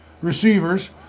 receivers